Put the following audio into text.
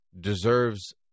deserves